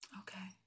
Okay